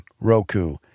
Roku